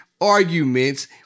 Arguments